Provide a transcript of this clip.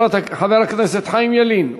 חבר הכנסת חיים ילין,